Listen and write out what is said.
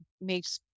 makes